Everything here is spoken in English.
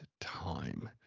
time